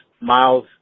miles